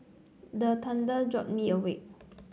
the thunder jolt me awake